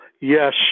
yes